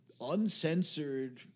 uncensored